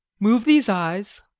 move these eyes?